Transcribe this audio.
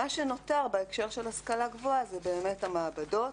מה שנותר בהקשר של השכלה גבוהה זה באמת המעבדות,